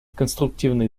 конструктивный